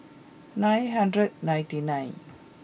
nine hundred ninety nine